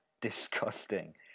disgusting